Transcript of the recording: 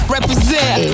Represent